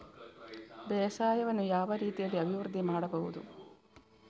ಬೇಸಾಯವನ್ನು ಯಾವ ರೀತಿಯಲ್ಲಿ ಅಭಿವೃದ್ಧಿ ಮಾಡಬಹುದು?